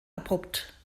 abrupt